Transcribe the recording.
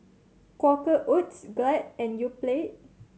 Quaker Oats Glad and Yoplait